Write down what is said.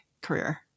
career